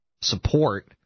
support